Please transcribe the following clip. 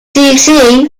than